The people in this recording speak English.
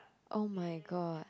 oh-my-god